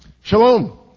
Shalom